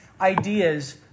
ideas